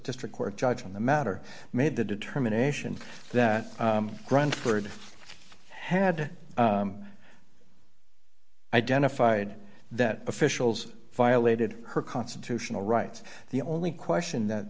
district court judge on the matter made the determination that run for it had identified that officials violated her constitutional rights the only question that